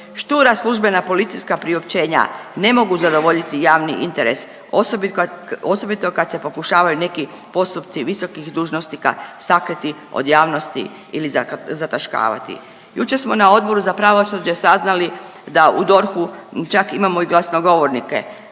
Štura službena policijska priopćenja ne mogu zadovoljiti javni interes osobito kad se pokušavaju neki postupci visokih dužnosnika sakriti od javnosti ili zataškavati. Jučer smo na Odboru za pravosuđe saznali da u DORH-u čak imamo i glasnogovornike.